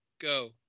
go